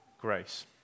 grace